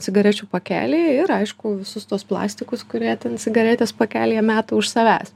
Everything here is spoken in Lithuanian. cigarečių pakelį ir aišku visus tuos plastikus kurie ten cigaretės pakelyje meta už savęs